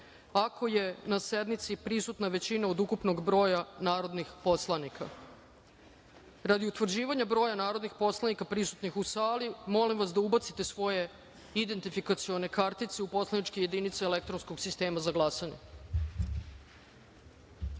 ako je na sednici prisutna većina od ukupnog broja narodnih poslanika. Radi utvrđivanja broja narodnih poslanika prisutnih u sali, molim vas da ubacite svoje identifikacione kartice u poslaničke jedinice elektronskog sistema za glasanje. Hvala